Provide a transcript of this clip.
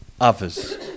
others